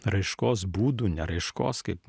raiškos būdų ne raiškos kaip